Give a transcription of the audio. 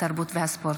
התרבות והספורט.